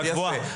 על הקבועה.